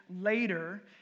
later